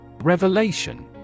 revelation